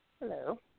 Hello